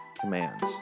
commands